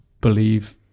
believe